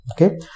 okay